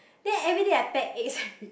then every day I pack eggs